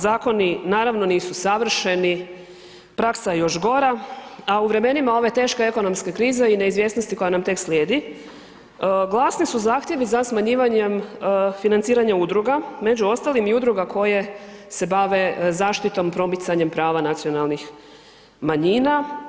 Zakoni naravno nisu savršeni, praksa je još gora, a u vremenima ove teške ekonomske krize i neizvjesnosti koja nam tek slijedi glasni su zahtjevi za smanjivanjem financiranja udruga, među ostalim i udruga koje se bave zaštitom i promicanjem prava nacionalnih manjina.